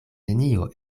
nenio